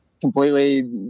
completely